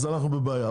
אז אנחנו בבעיה.